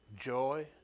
Joy